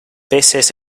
peces